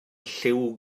lliw